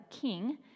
king